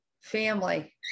family